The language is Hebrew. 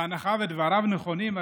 בהנחה שדבריו נכונים,